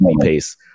pace